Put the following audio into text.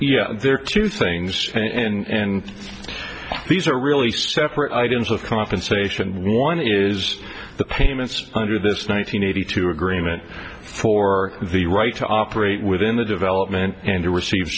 yeah there are two things and these are really separate items of compensation one is the payments under this nine hundred eighty two agreement for the right to operate within the development and to receive